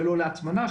לא להטמנה,